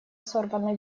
сорванной